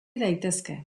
daitezke